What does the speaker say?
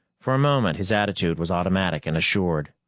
for a moment, his attitude was automatic and assured,